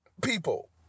people